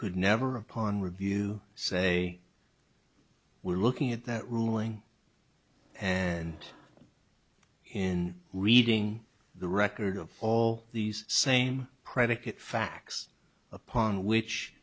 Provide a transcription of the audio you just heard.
could never upon review say we're looking at that ruling and in reading the record of all these same predicate facts upon which